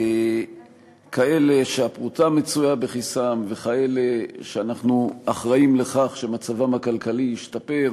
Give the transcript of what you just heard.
כאלה שהפרוטה מצויה בכיסם וכאלה שאנחנו אחראים לכך שמצבם הכלכלי ישתפר,